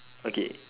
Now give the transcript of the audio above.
okay